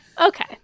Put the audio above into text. Okay